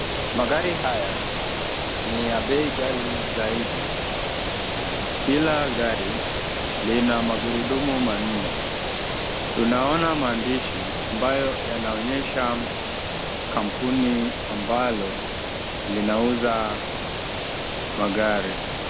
Magari haya ni ya bei ghali zaidi. Kila gari lina magurudumu manne. Tunaona maandishi ambayo yanaonyesha kampuni ambalo linauza magari.